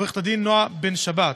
עורכת הדין נעה בן שבת,